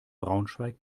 braunschweig